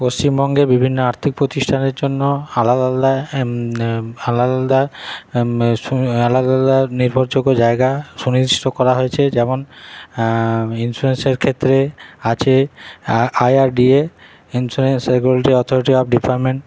পশ্চিমবঙ্গে বিভিন্ন আর্থিক প্রতিষ্ঠানের জন্য আলাদা আলাদা আলাদা আলাদা আলাদা আলাদা নির্ভরযোগ্য জায়গা সুনির্দিষ্ট করা হয়েছে যেমন ইনস্যুরেন্সের ক্ষেত্রে আছে IRDA insurance regulatory authority of department